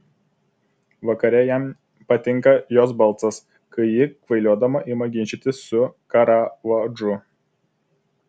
vakare jam patinka jos balsas kai ji kvailiodama ima ginčytis su karavadžu